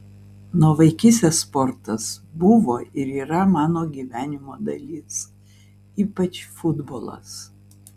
nuo vaikystės sportas buvo ir yra mano gyvenimo dalis ypač futbolas